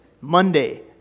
Monday